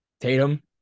Tatum